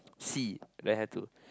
see then have to